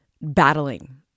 battling